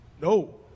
No